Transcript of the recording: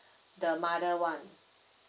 the mother want